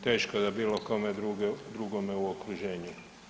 Teško da bilo kome drugome u okruženju.